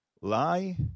lie